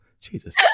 Jesus